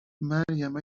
گفتمریم